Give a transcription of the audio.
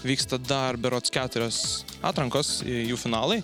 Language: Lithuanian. vyksta dar berods keturios atrankos į jų finalai